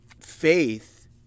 faith